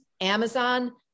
Amazon